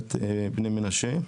לאוכלוסיית בני מנשה.